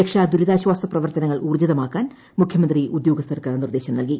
രക്ഷാ ദുരിതാശ്വാസ പ്രവർത്തനങ്ങൾ ഊർജിതമാക്കാൻ മുഖ്യമന്ത്രി ഉദ്യോഗസ്ഥർക്ക് നിർദ്ദേശം നൽകി